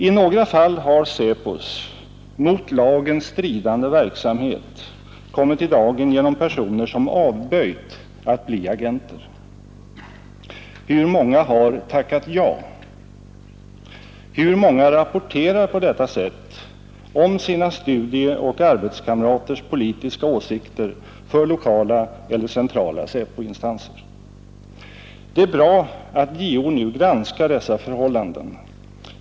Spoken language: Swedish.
I några fall har SÄPO:s mot lagen stridande verksamhet kommit i dagen genom personer som avböjt att bli agenter. Hur många har tackat ja? Hur många rapporterar på detta sätt om sina studieoch arbetskamraters politiska åsikter för lokala eller centrala SÄPO-instanser? Det är bra att JO nu granskar dessa förhållanden.